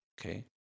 Okay